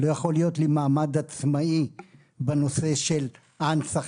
לא יכול להיות לי מעמד עצמאי בנושא של ההנצחה,